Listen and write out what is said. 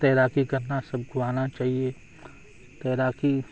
تیراکی کرنا سب کو آنا چاہیے تیراکی